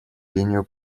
линию